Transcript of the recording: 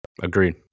Agreed